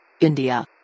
india